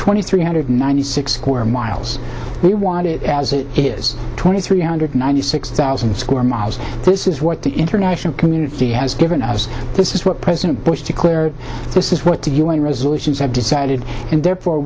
twenty three hundred ninety six square miles we want it as it is twenty three hundred ninety six thousand square miles this is what the international community has given us this is what president bush declared this is what the u n resolutions have decided and therefore